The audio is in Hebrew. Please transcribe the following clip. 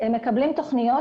הם מקבלים תוכניות.